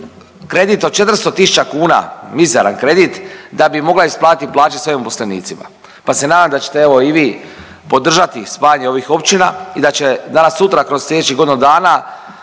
kredit od 400 000 kuna, mizeran kredit da bi mogla isplatiti plaće svojim uposlenicima. Pa se nadam da ćete evo i vi podržati spajanje ovih općina i da će danas sutra kroz sljedećih godinu dana